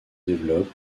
développe